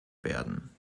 werden